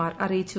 R അറിയിച്ചു